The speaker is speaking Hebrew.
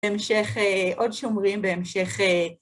בהמשך, עוד שומרים בהמשך...